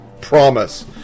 promise